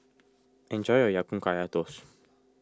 enjoy your Ya Kun Kaya Toast